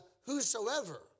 whosoever